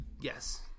Yes